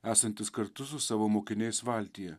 esantis kartu su savo mokiniais valtyje